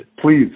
Please